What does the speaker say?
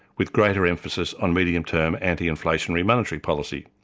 with greater emphasis on medium term, anti-inflationary monetary policy.